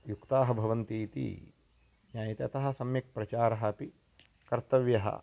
युक्ताः भवन्ति इति ज्ञायते अतः सम्यक् प्रचारः अपि कर्तव्यः